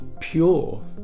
pure